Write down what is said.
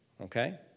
Okay